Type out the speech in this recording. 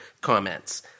comments